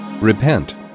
Repent